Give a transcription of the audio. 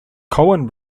coen